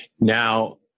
Now